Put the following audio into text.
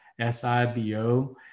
SIBO